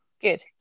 Good